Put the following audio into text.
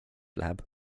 läheb